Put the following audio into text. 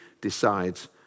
decides